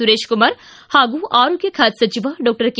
ಸುರೇಶಕುಮಾರ್ ಹಾಗೂ ಆರೋಗ್ಯ ಖಾತೆ ಸಚಿವ ಡಾಕ್ಟರ್ ಕೆ